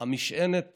המשענת